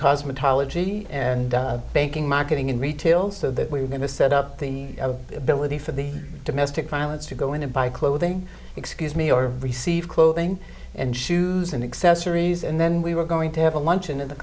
cosmetology and banking marketing and retail so that we were going to set up the ability for the domestic violence to go in to buy clothing excuse me or receive clothing and shoes and accessories and then we were going to have a luncheon in the